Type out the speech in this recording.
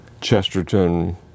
Chesterton